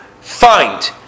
find